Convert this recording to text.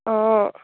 অঁ